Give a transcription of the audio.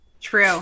true